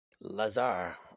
Lazar